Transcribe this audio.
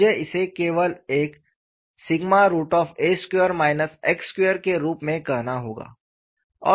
मुझे इसे केवल एक के रूप में कहना होगा